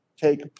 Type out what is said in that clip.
take